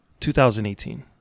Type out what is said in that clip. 2018